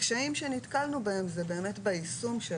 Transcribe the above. הקשיים שנתקלנו בהם זה באמת ביישום.